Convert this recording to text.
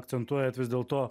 akcentuojat vis dėlto